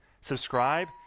subscribe